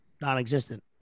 Non-existent